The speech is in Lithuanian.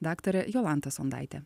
daktare jolanta sondaite